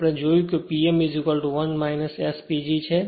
આપણે જોયું કે Pm 1 S PG છે